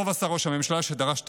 טוב עשה ראש הממשלה שדרש תחקיר,